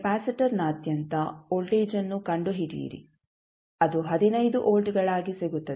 ಕೆಪಾಸಿಟರ್ನಾದ್ಯಂತ ವೋಲ್ಟೇಜ್ ಅನ್ನು ಕಂಡುಹಿಡಿಯಿರಿ ಅದು 15 ವೋಲ್ಟ್ಗಳಾಗಿ ಸಿಗುತ್ತದೆ